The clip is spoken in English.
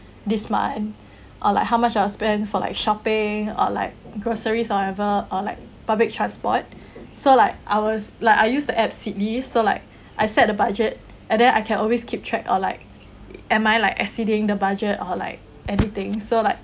this month or like how much I'll spend for like shopping or like groceries whatever or like public transport so like I was like I use the app seedly so like I set a budget and then I can always keep track or like am I like exceeding the budget or like anything so like